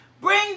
Bring